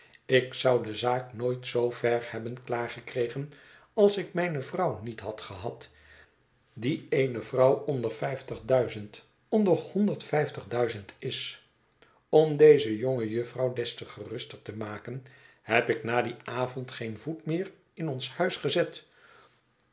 ik zou de zaak nooit zoo ver hebben klaar gekregen als ik mijne vrouw niet had gehad die eene vrouw onder vijftig duizend onder honderd vijftig duizend is om deze jonge jufvrouw des te geruster te maken heb ik na dien avond geen voet meer in ons huis gezet